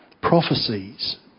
prophecies